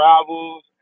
travels